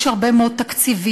יש הרבה מאוד תקציבים.